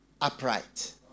upright